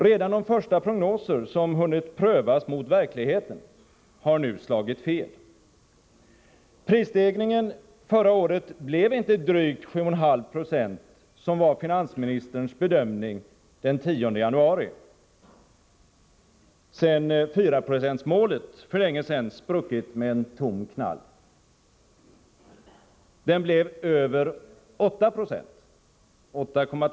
Redan de första prognoser som hunnit prövas mot verkligheten har nu slagit fel. Prisstegringen förra året blev inte drygt 7,5 96, som var finansministerns bedömning den 10 januari, sedan 4-procentsmålet för länge sedan spruckit med en tom knall. Den blev 8,2 4.